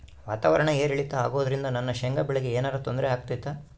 ವಾತಾವರಣ ಏರಿಳಿತ ಅಗೋದ್ರಿಂದ ನನ್ನ ಶೇಂಗಾ ಬೆಳೆಗೆ ಏನರ ತೊಂದ್ರೆ ಆಗ್ತೈತಾ?